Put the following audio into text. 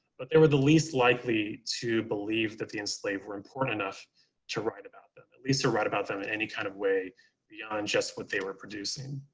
but they're the least likely to believe that the enslaved were important enough to write about them, at least to write about them in any kind of way beyond just what they were producing.